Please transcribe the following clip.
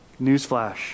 Newsflash